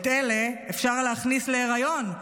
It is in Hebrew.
"את אלה אפשר להכניס להיריון",